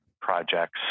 projects